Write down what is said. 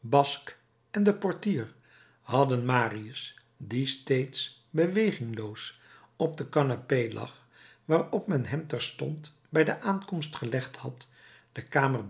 basque en de portier hadden marius die steeds bewegingloos op de canapé lag waarop men hem terstond bij de aankomst gelegd had de kamer